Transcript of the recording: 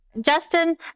Justin